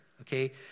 okay